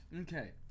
Okay